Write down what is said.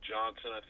Johnson